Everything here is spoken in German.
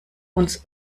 uns